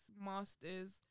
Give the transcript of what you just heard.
masters